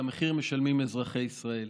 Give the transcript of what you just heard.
ואת המחיר משלמים אזרחי ישראל.